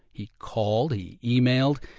he called. he emailed.